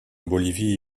bolivie